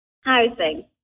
Housing